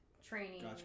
training